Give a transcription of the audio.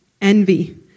envy